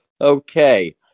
Okay